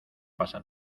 pasa